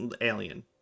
alien